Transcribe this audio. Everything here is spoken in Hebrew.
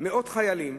מאות חיילים,